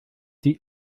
die